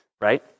right